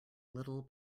little